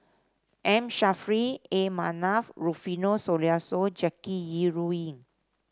M Saffri A Manaf Rufino Soliano Jackie Yi Ru Ying